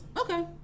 okay